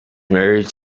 married